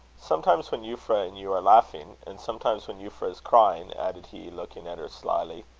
sometimes when euphra and you are laughing, and sometimes when euphra is crying, added he, looking at her slyly,